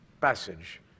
passage